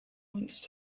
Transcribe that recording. once